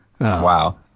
Wow